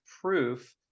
proof